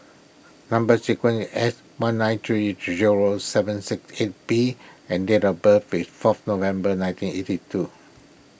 Number Sequence is S one nine three zero seven six eight B and date of birth is fourth November nineteen eighty two